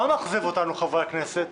מה מאכזב אותנו חברי הכנסת?